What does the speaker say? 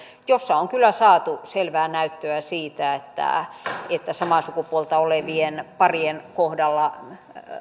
jossa on kyllä saatu selvää näyttöä siitä että että samaa sukupuolta olevien parien kohdalla